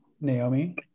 Naomi